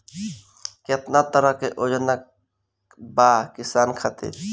केतना तरह के योजना बा किसान खातिर?